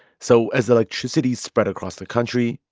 so as electricity spread across the country,